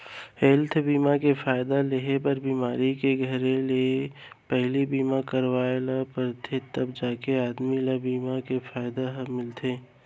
health बीमा के फायदा लेहे बर बिमारी के धरे ले पहिली बीमा करवाय ल परथे तव जाके आदमी ल बीमा के फायदा ह मिलथे